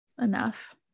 enough